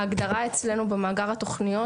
ההגדרה אצלנו במאגר התוכניות,